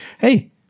hey